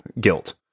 guilt